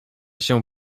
się